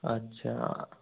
अच्छा